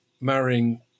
marrying